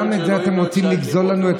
גם את זה אתם רוצים לגזול לנו,